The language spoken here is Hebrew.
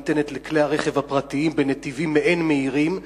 ניתנת לכלי-הרכב הפרטיים בנתיבים מעין-מהירים,